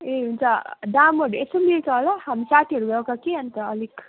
ए हुन्छ दामहरू यसो मिल्छ होला हाम साथीहरू आउँछ कि अन्त अलिक